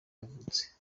yavutse